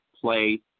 play